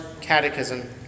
catechism